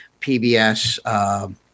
PBS